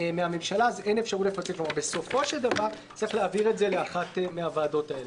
מהממשלה ובסופו של דבר צריך להעביר את זה לאחת מהוועדות האלה.